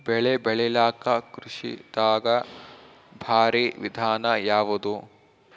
ಬೆಳೆ ಬೆಳಿಲಾಕ ಕೃಷಿ ದಾಗ ಭಾರಿ ವಿಧಾನ ಯಾವುದು?